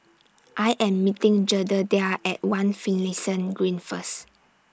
I Am meeting Jedediah At one Finlayson Green First